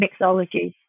mixology